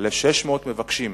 ל-600 מבקשים.